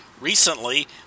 recently